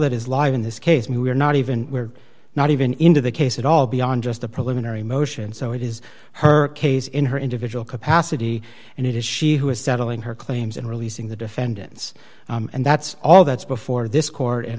that is live in this case we're not even we're not even into the case at all beyond just a preliminary motion so it is her case in her individual capacity and it is she who is settling her claims and releasing the defendants and that's all that's before this court and